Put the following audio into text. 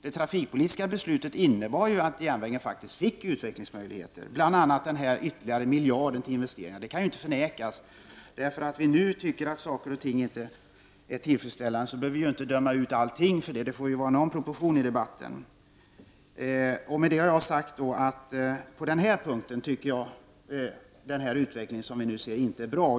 Det trafikpolitiska beslutet innebar ju att järnvägen faktiskt fick utvecklingsmöjligheter, bl.a. den ytterligare miljarden till investeringar; det kan inte förnekas. Därför att vi nu tycker att saker och ting inte är tillfredsställande behöver vi ju inte döma ut allting. Det får vara någon proportion i debatten. Med detta har jag sagt att på den här punkten tycker jag att den utveckling som vi nu ser inte är bra.